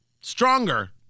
stronger